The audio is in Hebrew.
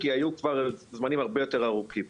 כי היו כבר זמנים הרבה יותר ארוכים.